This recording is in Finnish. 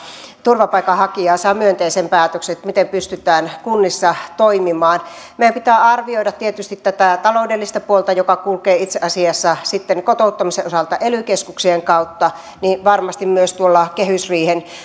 turvapaikanhakijaa saa myönteisen päätöksen pystytään kunnissa toimimaan meidän pitää tietysti arvioida tätä taloudellista puolta joka kulkee itse asiassa kotouttamisen osalta ely keskuksien kautta varmasti myös tuolla kehysriihen